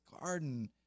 garden